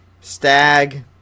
Stag